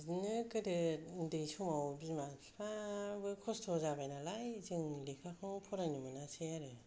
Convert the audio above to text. बिदिनो गोदो उन्दै समाव बिमा फिफाबो खस्थ' जाबाय नालाय जों लेखाखौ फरायनो मोनासै आरो